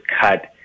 cut